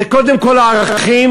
זה קודם כול הערכים,